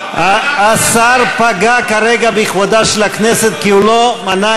השר פגע כרגע בכבודה של הכנסת כי הוא לא מנה